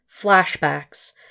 Flashbacks